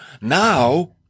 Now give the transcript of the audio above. now